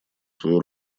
свою